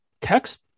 text